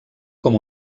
com